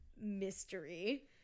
mystery